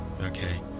okay